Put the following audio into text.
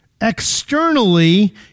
Externally